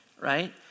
right